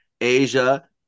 Asia